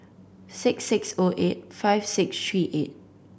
six six O eight five six three eight